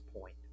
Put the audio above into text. point